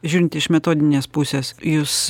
žiūrint iš metodinės pusės jūs